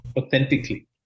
authentically